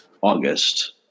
August